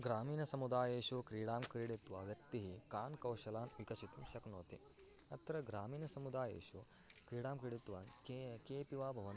ग्रामीण समुदायेषु क्रीडां क्रीडित्वा व्यक्तिः कान् कौशलान् विकसितुं शक्नोति अत्र ग्रामीण समुदायेषु क्रिडां क्रीडित्वा के केपि वा भवन्तु